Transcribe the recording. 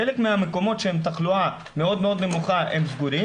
חלק מהמקומות שעם תחלואה מאוד מאוד נמוכה סגורים